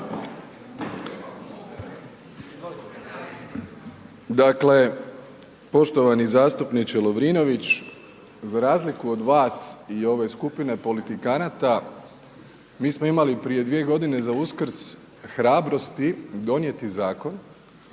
Dakle, poštovani zastupniče Lovrinović, za razliku od vas i ove skupine, politikanata, mi smo imali prije 2 g. za Uskrs, hrabrosti, donijeti zakon,